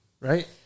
Right